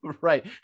right